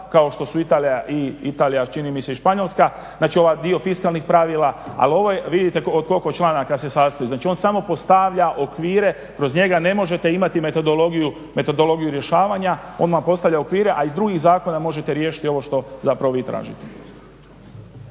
kao što su Italija i čini mi se i Španjolska, znači ovaj dio fiskalnih pravila. Ali vidite od koliko članaka se sastoji, znači on samo postavlja okvire, kroz njega ne možete imati metodologiju rješavanja odmah postavlja okvire, a iz drugih zakona možete riješiti ovo što zapravo vi tražite.